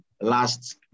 last